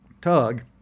Tug